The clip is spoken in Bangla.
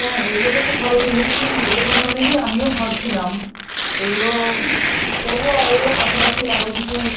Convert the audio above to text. হ্যাঁ এগুলো তো খুব ভালো জিনিস এই রকম ধরনেরই আমিও ভাবছিলাম এগুলো করবো আর এর পাশাপাশি আরও কিছু